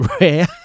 rare